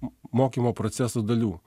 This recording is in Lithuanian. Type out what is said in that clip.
mokymo proceso dalių